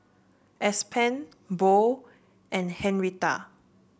Aspen Bo and Henrietta